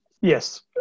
Yes